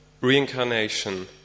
reincarnation